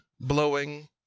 blowing